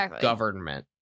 government